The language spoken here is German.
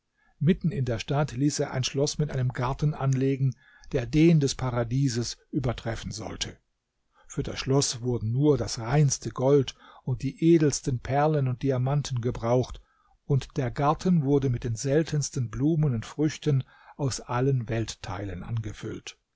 mitten in der stadt ließ er ein schloß mit einem garten anlegen der den des paradieses übertreffen sollte für das schloß wurden nur das reinste gold und die edelsten perlen und diamanten gebraucht und der garten wurde mit den seltensten blumen und früchten aus allen weltteilen angefüllt